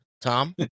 Tom